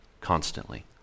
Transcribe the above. constantly